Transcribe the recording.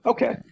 Okay